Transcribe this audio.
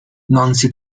نانسی